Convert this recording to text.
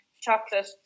chocolate